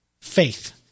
faith